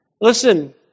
Listen